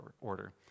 order